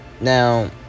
Now